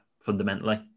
fundamentally